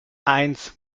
eins